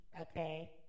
okay